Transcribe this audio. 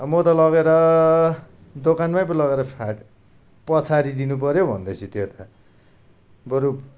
अब म त लगेर दोकानमै पो लगेर फ्याट पछारी दिनुपर्यो भन्दैछु त्यो त बरू